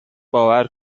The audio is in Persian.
باور